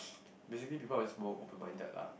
basically people always more open minded lah